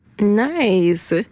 Nice